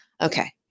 Okay